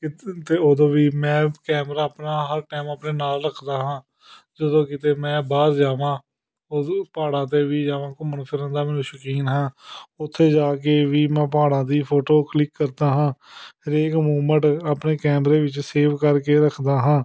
ਕਿਤ ਅਤੇ ਉਦੋਂ ਵੀ ਮੈਂ ਕੈਮਰਾ ਆਪਣਾ ਹਰ ਟਾਈਮ ਆਪਣੇ ਨਾਲ ਰੱਖਦਾ ਹਾਂ ਜਦੋਂ ਕਿਤੇ ਮੈਂ ਬਾਹਰ ਜਾਵਾਂ ਹਜੂ ਪਹਾੜਾਂ 'ਤੇ ਵੀ ਜਾ ਘੁੰਮਣ ਫਿਰਨ ਦਾ ਮੈਨੂੰ ਸ਼ੌਕੀਨ ਹਾਂ ਉੱਥੇ ਜਾ ਕੇ ਵੀ ਮੈਂ ਪਹਾੜਾਂ ਦੀ ਫੋਟੋ ਕਲਿੱਕ ਕਰਦਾ ਹਾਂ ਹਰੇਕ ਮੂਵਮੈਂਟ ਆਪਣੇ ਕੈਮਰੇ ਵਿੱਚ ਸੇਵ ਕਰਕੇ ਰੱਖਦਾ ਹਾਂ